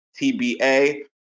TBA